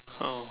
oh